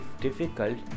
difficult